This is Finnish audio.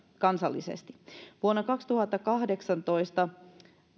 kansallisesti vuonna kaksituhattakahdeksantoista